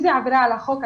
אם זאת עבירה על החוק.